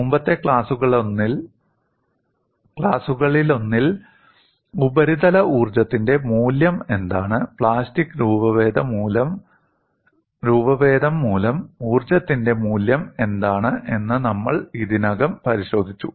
മുമ്പത്തെ ക്ലാസുകളിലൊന്നിൽ ഉപരിതല ഊർജ്ജത്തിന്റെ മൂല്യം എന്താണ് പ്ലാസ്റ്റിക് രൂപഭേദം മൂലം ഊർജ്ജത്തിന്റെ മൂല്യം എന്താണ് എന്ന് നമ്മൾ ഇതിനകം പരിശോധിച്ചു